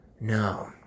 No